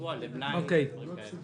קבוע למלאי ודברים כאלה.